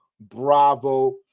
bravo